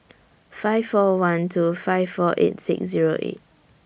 five four one two five four eight six Zero eight